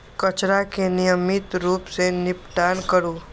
कचरा के नियमित रूप सं निपटान करू